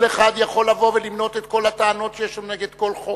כל אחד יכול לבוא ולמנות את כל הטענות שיש לו נגד כל חוק.